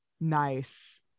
Nice